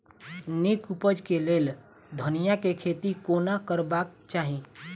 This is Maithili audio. नीक उपज केँ लेल धनिया केँ खेती कोना करबाक चाहि?